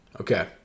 Okay